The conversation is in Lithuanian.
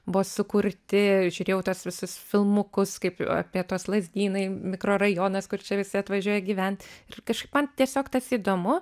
buvo sukurti žiūrėjau tuos visus filmukus kaip apie tuos lazdynai mikrorajonas kur čia visi atvažiuoja gyvent ir kažkaip man tiesiog tas įdomu